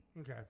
Okay